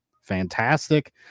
Fantastic